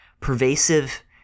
pervasive